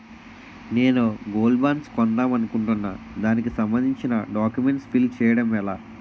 నేను gold bonds కొందాం అనుకుంటున్నా దానికి సంబందించిన డాక్యుమెంట్స్ ఫిల్ చేయడం ఎలా?